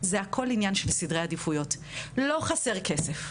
זה עניין של סדרי עדיפויות, לא חסר כסף,